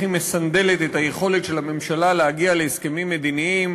איך היא מסנדלת את היכולת של הממשלה להגיע להסכמים מדיניים